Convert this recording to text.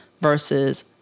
versus